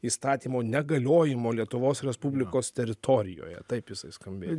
įstatymo negaliojimo lietuvos respublikos teritorijoje taip jisai skambėjo